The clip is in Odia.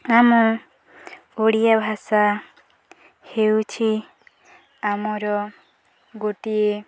ଆମ ଓଡ଼ିଆ ଭାଷା ହେଉଛି ଆମର ଗୋଟିଏ